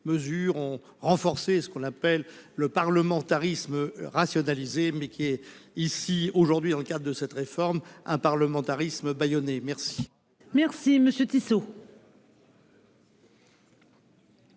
ont renforcé ce qu'on appelle le parlementarisme rationalisé mais qui est ici aujourd'hui dans le cadre de cette réforme un parlementarisme. Merci. Merci monsieur Tissot.